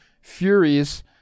furies